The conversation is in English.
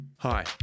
Hi